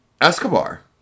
Escobar